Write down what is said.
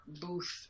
booth